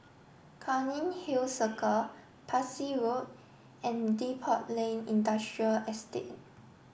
Cairnhill Circle Parsi Road and Depot Lane Industrial Estate